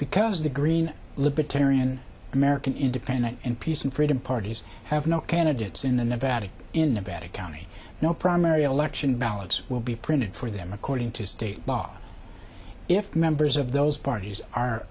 because the green libertarian american independent in peace and freedom parties have no candidates in the nevada in nevada county now primary election ballots will be printed for them according to state law if members of those parties are